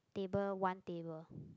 table one table